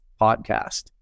podcast